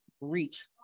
reach